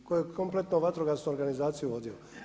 Tko je kompletno vatrogasno organizaciju vodio?